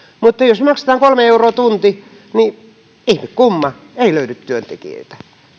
mutta jos maksetaan kolme euroa tunti niin ihme kumma ei löydy työntekijöitä